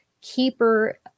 keeper